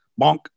bonk